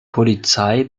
polizei